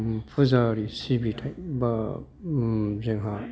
फुजा आरि सिबिथाय बा जोंहा